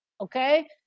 Okay